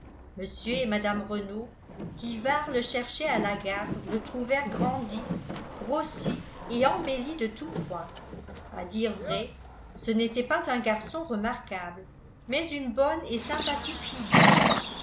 mr et mme renault qui vinrent le chercher à la gare le trouvèrent grandi grossi et embelli de tout point à dire vrai ce n'était pas un garçon remarquable mais une bonne et sympathique figure